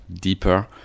deeper